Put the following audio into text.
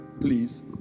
Please